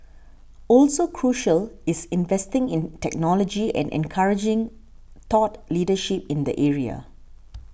also crucial is investing in technology and encouraging thought leadership in the area